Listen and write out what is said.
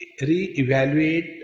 Re-evaluate